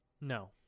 No